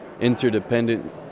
interdependent